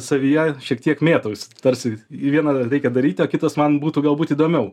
savyje šiek tiek mėtausi tarsi į vieną reikia daryti o kitas man būtų galbūt įdomiau